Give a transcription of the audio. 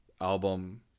album